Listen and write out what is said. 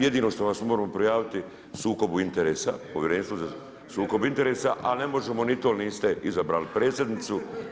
Jedino što vas možemo prijaviti sukobu interesa, Povjerenstvu za sukob interesa, ali ne možemo niti to jer niste izabrali predsjednicu.